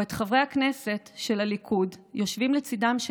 או את חברי הכנסת של הליכוד יושבים לצידם של